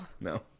No